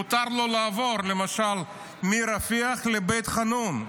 מותר לו לעבור, למשל, מרפיח לבית חאנון.